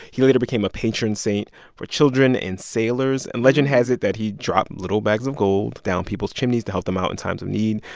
he later became a patron saint for children and sailors. and legend has it that he dropped little bags of gold down people's chimneys to help them out in times of need.